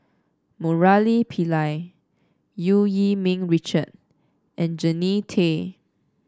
Murali Pillai Eu Yee Ming Richard and Jannie Tay